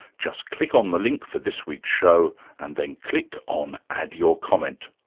just click on the link for this week's show and then click on add your comment.